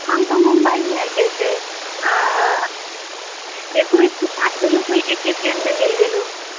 हम तऽ मुम्बइ जाइके छै देखू इत्तेफाक भेल कि एक्के ट्रेनमे मिल गेलहुँ